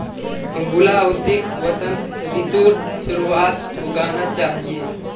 गुलाउदीक वसंत ऋतुर शुरुआत्त उगाना चाहिऐ